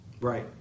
Right